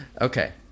Okay